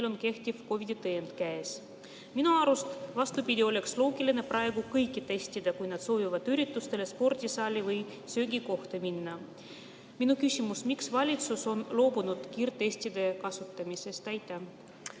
on kehtiv COVID-i tõend käes. Minu arust, vastupidi, oleks loogiline praegu kõiki testida, kui nad soovivad üritustele, spordisaali või söögikohta minna. Minu küsimus: miks valitsus on loobunud kiirtestide kasutamisest? Aitäh!